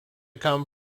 come